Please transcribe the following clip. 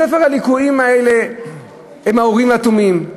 ספר הליקויים הזה הוא האורים ותומים,